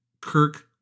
Kirk